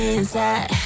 inside